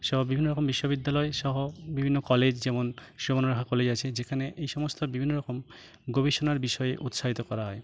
সব বিভিন্ন রকম বিশ্ববিদ্যালয় সহ বিভিন্ন কলেজ যেমন সুবর্ণরেখা কলেজ আছে যেখানে এই সমস্ত বিভিন্ন রকম গবেষণার বিষয়ে উৎসাহিত করা হয়